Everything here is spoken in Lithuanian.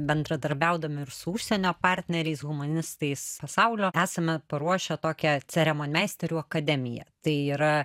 bendradarbiaudami ir su užsienio partneriais humanistais pasaulio esame paruošę tokią ceremonmeisterių akademiją tai yra